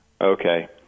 okay